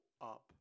up